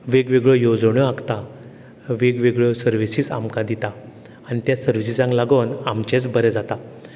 वेगवेगळ्यो येवजण्यो आंखता वेगवेगळ्यो सरविसीस आमकां दिता आनी त्या सरविसिसांक लागोन आमचेच बरें जाता